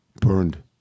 Burned